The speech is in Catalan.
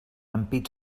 ampit